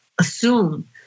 assume